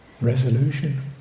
resolution